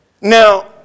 Now